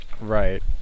Right